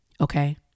Okay